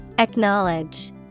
acknowledge